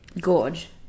Gorge